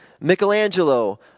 Michelangelo